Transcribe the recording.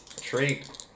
Treat